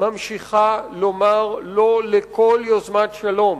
ממשיכה לומר לא לכל יוזמת שלום.